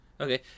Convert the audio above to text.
okay